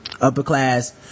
upper-class